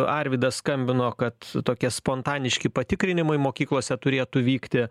arvydas skambino kad tokie spontaniški patikrinimai mokyklose turėtų vykti